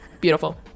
Beautiful